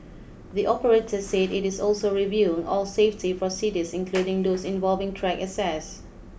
the operator said it is also reviewing all safety procedures including those involving track access